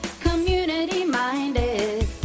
community-minded